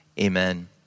Amen